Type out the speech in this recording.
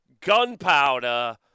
gunpowder